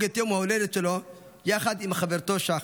את יום ההולדת שלו יחד עם חברתו שחף.